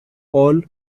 all